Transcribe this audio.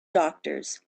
doctors